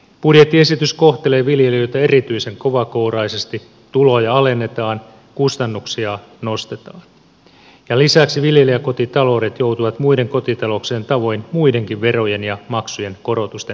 budjettiesitys kohtelee viljelijöitä erityisen kovakouraisesti tuloja alennetaan kustannuksia nostetaan ja lisäksi viljelijäkotitaloudet joutuvat muiden kotitalouksien tavoin muidenkin verojen ja maksujen korotusten maksajiksi